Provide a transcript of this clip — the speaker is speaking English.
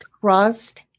trust